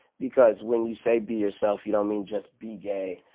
because when you say be yourself, you don't mean just be gay,